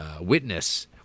witness